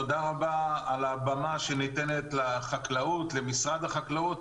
תודה רבה על הבמה שניתנת לחקלאות, למשרד החקלאות.